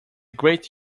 great